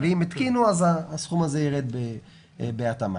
ואם התקינו, הסכום יירד בהתאמה.